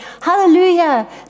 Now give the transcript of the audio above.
Hallelujah